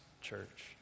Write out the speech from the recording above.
church